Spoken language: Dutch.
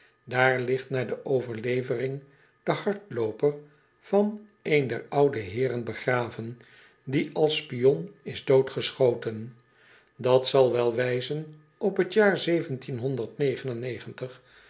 aar ligt naar de overlevering de hardlooper van een der oude eeren begraven die als spion is doodgeschoten at zal wel wijzen op het jaar